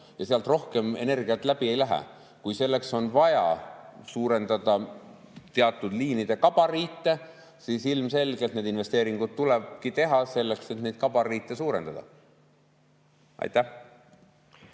ja sealt rohkem energiat läbi ei lähe. Kui selleks on vaja suurendada teatud liinide gabariite, siis ilmselgelt need investeeringud tuleb teha, et neid gabariite suurendada.